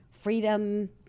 freedom